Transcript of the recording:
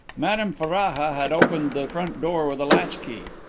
madame ferraja had opened the front door with a latchkey.